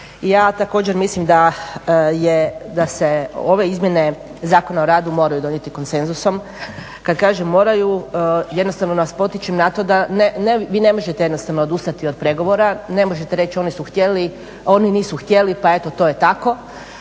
ja također mislim da se ove Izmjene Zakona o radu moraju donijeti konsenzusom. Kada kažem moraju, jednostavno nas potičem na to, vi ne možete jednostavno odustati od pregovora, ne možete reći oni su htjeli, oni nisu htjeli pa eto to je tako.